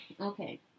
Okay